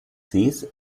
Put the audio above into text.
sees